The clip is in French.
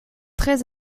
très